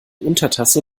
untertasse